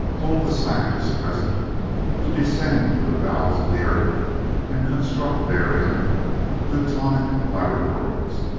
told the scientists present to descend to the bowels of the earth and construct therein plutonic laboratories,